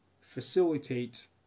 facilitate